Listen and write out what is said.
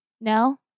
No